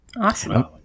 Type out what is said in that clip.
Awesome